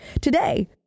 Today